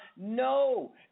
No